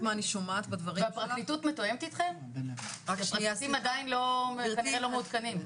מה שאני שמעתי בתוך דברייך, ואני מקווה שכך זה